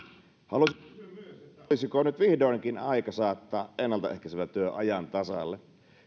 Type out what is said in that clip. kysyä myös olisiko nyt vihdoinkin aika saattaa ennaltaehkäisevä työ ajan tasalle